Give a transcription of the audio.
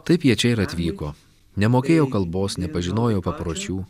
taip jie čia ir atvyko nemokėjo kalbos nepažinojo papročių